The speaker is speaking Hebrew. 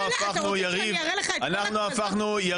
אתה רוצה שאני אראה לך --- דברים